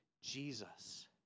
Jesus